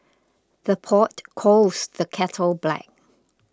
the pot calls the kettle black